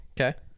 Okay